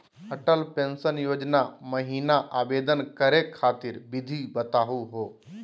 Atal pension Yojana महिना आवेदन करै खातिर विधि बताहु हो?